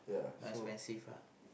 but expensive ah